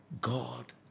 God